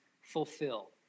fulfill